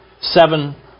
seven